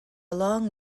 long